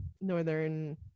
Northern